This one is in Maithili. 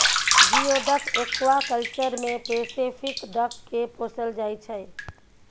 जियोडक एक्वाकल्चर मे पेसेफिक डक केँ पोसल जाइ छै